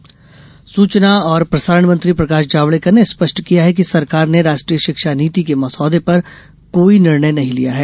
जावेडकर बयान सूचना और प्रसारण मंत्री प्रकाश जावड़ेकर ने स्पष्ट किया है कि सरकार ने राष्ट्रीय शिक्षा नीति के मसौदे पर कोई निर्णय नहीं लिया है